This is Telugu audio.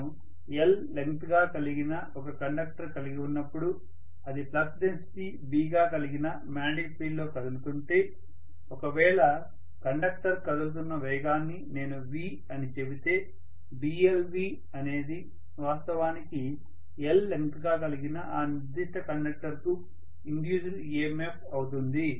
నేను l లెంగ్త్ గా కలిగిన ఒక కండక్టర్ కలిగి ఉన్నప్పుడు అది ఫ్లక్స్ డెన్సిటీ B గా కలిగిన మాగ్నెటిక్ ఫీల్డ్ లో కదులుతుంటే ఒకవేళ కండక్టర్ కదులుతున్న వేగాన్ని నేను v అని చెబితే Blv అనేది వాస్తవానికి l లెంగ్త్ గా కలిగిన ఆ నిర్దిష్ట కండక్టర్ కు ఇండ్యూస్డ్ EMF అవుతుంది